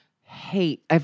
Hate